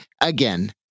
Again